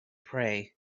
pray